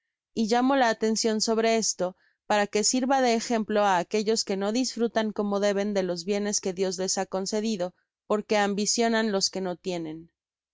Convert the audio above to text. y llamo la atencion sobre esto t para que sirva de ejemplo á aquellos que no disfrutan como deben de los bienes que dios les ha concedido porque ambicionan los que no tienen la